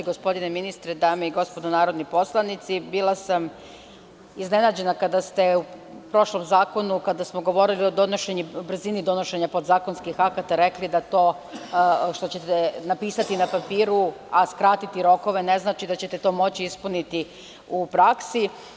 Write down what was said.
Gospodine ministre, dame i gospodo narodni poslanici, bila sam iznenađena kada ste u prošlom zakonu, kada smo govorili o brzini donošenja podzakonskih akata, rekli da to što ćete napisati na papiru, a skratiti rokove, ne znači da ćete to moći ispuniti u praksi.